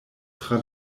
tra